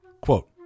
Quote